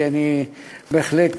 כי בהחלט,